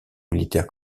militaire